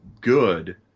good